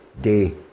Day